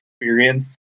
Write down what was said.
experience